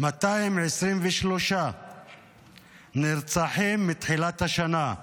223 נרצחים מתחילת השנה.